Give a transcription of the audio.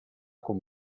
con